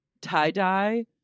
tie-dye